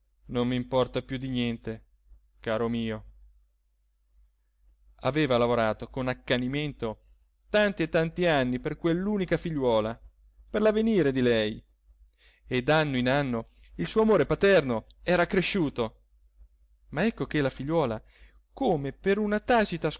non m'importa più di niente caro mio aveva lavorato con accanimento tanti e tanti anni per quell'unica figliuola per l'avvenire di lei e d'anno in anno il suo amore paterno era cresciuto ma ecco che la figliuola come per una tacita